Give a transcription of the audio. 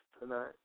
tonight